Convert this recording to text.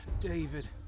David